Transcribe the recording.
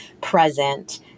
present